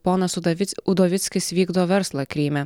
ponas udavic udovickis vykdo verslą kryme